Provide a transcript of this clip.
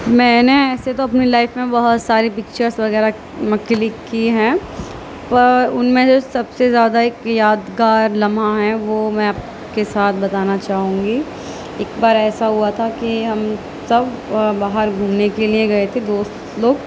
میں نے ایسے تو اپنی لائف میں بہت ساری پکچرس وغیرہ کلک کی ہیں پر ان میں جو سب سے زیادہ اک یادگار لمحہ ہیں وہ میں آپ کے ساتھ بتانا چاہوں گی اک بار ایسا ہوا تھا کہ ہم سب باہر گھومنے کے لیے گئے تھے دوست لوگ